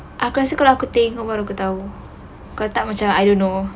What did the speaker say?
aku rasa kalau aku tengok baru aku tahu kalau tak macam I don't know